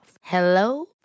Hello